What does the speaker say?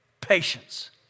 Patience